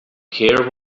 care